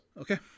Okay